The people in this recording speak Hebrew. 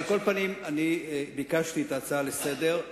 על כל פנים, ביקשתי את ההצעה לסדר-היום.